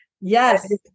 Yes